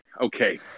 okay